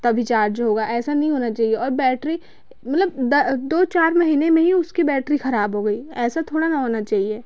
तभी चार्ज होगा ऐसा नहीं होना चाहिए और बैटरी मतलब दो चार महीने में ही उसकी बैटरी खराब हो गई ऐसा थोड़ा न होना चहिए